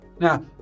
now